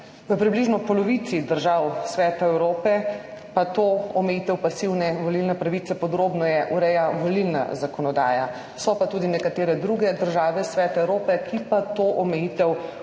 V približno polovici držav Sveta Evrope pa to omejitev pasivne volilne pravice podrobneje ureja volilna zakonodaja. So pa tudi nekatere druge države Sveta Evrope, ki pa to omejitev